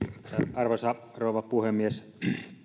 arvoisa rouva puhemies